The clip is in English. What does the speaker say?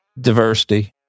Diversity